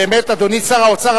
אדוני שר האוצר,